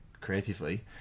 creatively